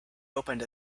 opened